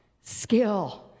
skill